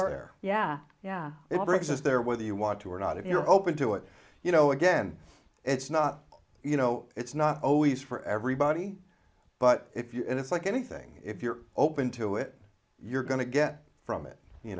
there yeah yeah it works is there whether you want to or not if you're open to it you know again it's not you know it's not always for everybody but if you and it's like anything if you're open to it you're going to get from it you